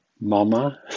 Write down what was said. mama